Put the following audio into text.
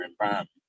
environment